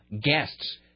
guests